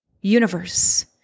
universe